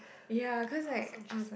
ya cause like I was like